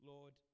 Lord